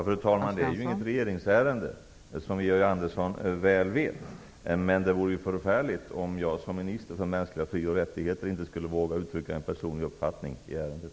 Fru talman! Det här är inget regeringsärende, som Georg Andersson väl vet. Men det vore förfärligt om jag som ansvarig minister för frågor om mänskliga fri och rättigheter inte skulle våga uttrycka en personlig uppfattning i ärendet.